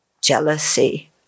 jealousy